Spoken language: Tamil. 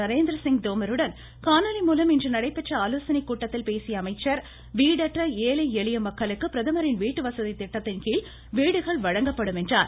நரேந்திர சிங் தோமருடன் காணொலி மூலம் இன்று நடைபெற்ற ஆலோசனை கூட்டத்தில் பேசிய அமைச்சர் வீடற்ற ஏழை எளிய மக்களுக்கு பிரதமரின் வீட்டு வசதி திட்டத்தின் கீழ் வீடுகள் வழங்கப்படும் என்றார்